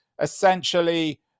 essentially